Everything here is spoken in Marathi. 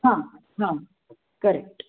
हां हां करेक्ट